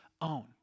own